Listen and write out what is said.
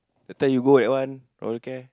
that time you go at one okay